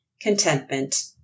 contentment